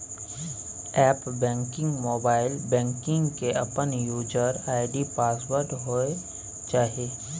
app banking, mobile banking के अपन user ID password होय चाहिए